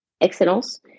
excellence